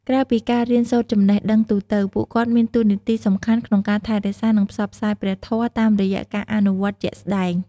ក្រៅពីការរៀនសូត្រចំណេះដឹងទូទៅ ពួកគាត់មានតួនាទីសំខាន់ក្នុងការ ថែរក្សា និងផ្សព្វផ្សាយព្រះធម៌ តាមរយៈការអនុវត្តជាក់ស្ដែង។